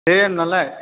दे होनब्लालाय